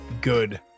good